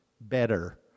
better